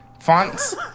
Fonts